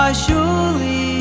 surely